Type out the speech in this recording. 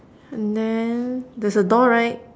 and then there's a door right